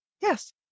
Yes